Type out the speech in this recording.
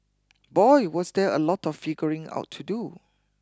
boy was there a lot of figuring out to do